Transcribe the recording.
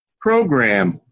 Program